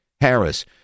Harris